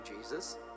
Jesus